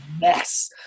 mess